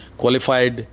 qualified